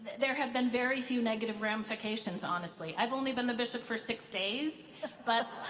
there have been very few negative ramifications honestly. i've only been the bishop for six days but